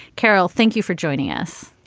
carol, thank you for joining us.